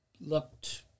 looked